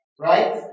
right